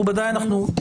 כן.